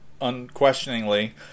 unquestioningly